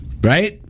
Right